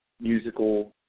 musical